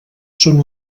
són